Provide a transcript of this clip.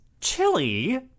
Chili